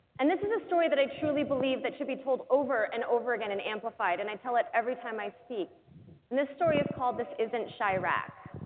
and this is a story that i truly believe that should be told over and over again and amplified and i tell it every time i speak. and this story is called, this isn't chiraq.